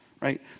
right